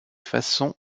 façon